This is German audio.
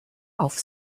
auf